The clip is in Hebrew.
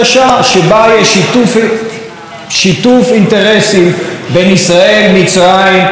יש שיתוף אינטרסים בין מצרים וסעודיה,